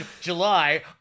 July